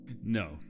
No